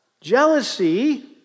Jealousy